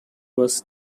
was